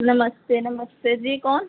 नमस्ते नमस्ते जी कौन